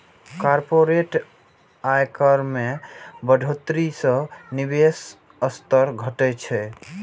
corporate आयकर मे बढ़ोतरी सं निवेशक स्तर घटै छै